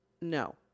no